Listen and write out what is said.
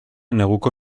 neguko